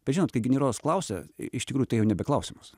bet žinot kai generolas klausia iš tikrųjų tai jau nebe klausimas